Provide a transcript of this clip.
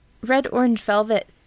red-orange-velvet